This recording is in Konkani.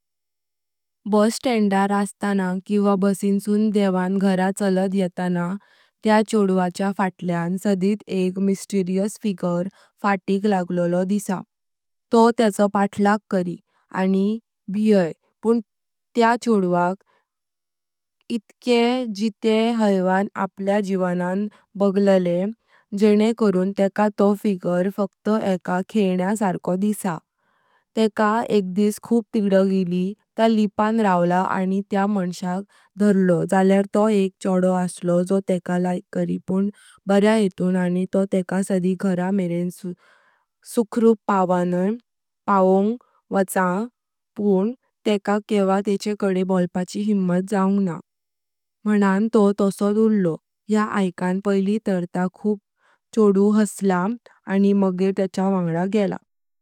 बसस्टँडार असताना किवा बसिन्सून देवान घरा चलत येताना त्या चौदवाच्या फाटल्यान सडीत एक मिस्टेरिअस फिगर फाटक् लागलोलो दिसा। तोह तेचो पाठलाक करी, आनी भीयाय, पण त्या चौदवान इतके जिता हैवान आपल्या जीवनान बागलेलें जेणे करूं तेका तोह फिगर फकत एका खेलण्यां सारको दिसा। तेका एकदिसा खूप तिदाक ईली ता लिपान रावला आनी त्या मण्श्याक धरलो जाल्यार तोह एक फाटलो असलो जो तेका लाइक करी पण बर्या येतून आनी तोह तेका सद्दी घरा मेरेन सुखरुप पवणाय पवोंग वाचा पण तेका केवा तेचेकडे बोलपाची हिम्मत जूंगं नाही मनं तोह तसोत उरलो। या ऐकणं पायली तार ता चौदो खूप हसला आनी मागेर तेच्या वांगडा गेला।